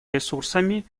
ресурсами